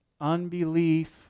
Unbelief